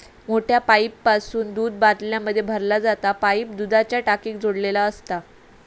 मोठ्या पाईपासून दूध बाटल्यांमध्ये भरला जाता पाईप दुधाच्या टाकीक जोडलेलो असता